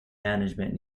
management